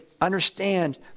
understand